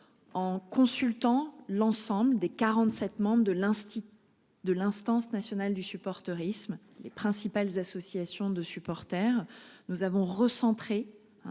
en consultant l'ensemble des 47 membres de l'instit de l'instance nationale du supportérisme. Les principales associations de supporters. Nous avons recentré